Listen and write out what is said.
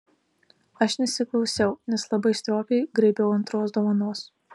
aš nesiklausiau nes labai stropiai graibiau antros dovanos